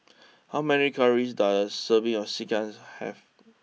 how many calories does a serving of Sekihan have